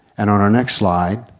and our our next slide,